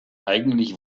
eigentlich